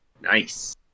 Nice